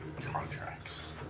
contracts